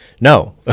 No